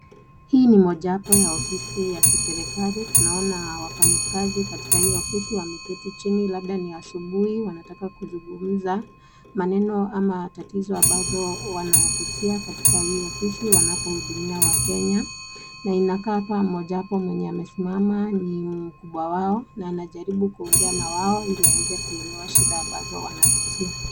Hili ni mojawapo wa ofisi ya kiserikali tunaona wafanyikazi katika hiyo ofisi wameket jini labda ni asubuhi wanataka kuzungumza maneno ama tatizo ambazo wanapitia katika hii ofisi wanapohudumia Wakenya na inakaa kama mmoja wao mwenye amesimama ni mkubwa wao na anajaribu kuongea na wao ili aweze kuelewa shida ambazo wanapitia.